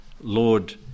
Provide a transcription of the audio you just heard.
Lord